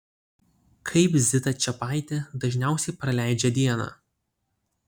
kaip zita čepaitė dažniausiai praleidžia dieną